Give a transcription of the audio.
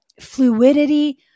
fluidity